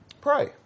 pray